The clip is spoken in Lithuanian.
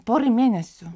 porai mėnesių